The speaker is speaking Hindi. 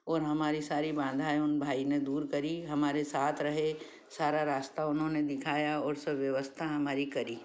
और हमारी सारी बाधाएँ उन भाई ने दूर करी हमारे साथ रहें सारा रास्ता उन्होंने दिखाया और सब व्यवस्था हमारी करी